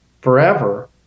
forever